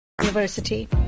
University